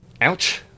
Ouch